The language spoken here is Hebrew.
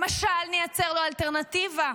למשל, נייצר לו אלטרנטיבה.